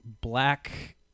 black